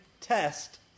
test